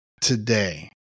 today